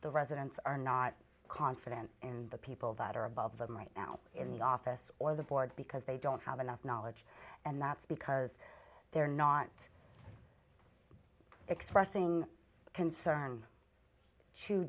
the residents are not confident in the people that are above them right now in the office or the board because they don't have enough knowledge and that's because they're not expressing concern to